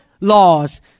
laws